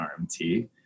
RMT